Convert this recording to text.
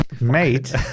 Mate